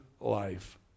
life